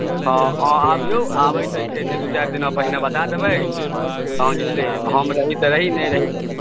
हँ अहाँ अबियौ आ आबयसँ जे छै से दू चारि दिना पहिने बता देबै तहन जे छै से हम रही तऽ रही नहि रही तऽ